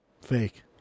Fake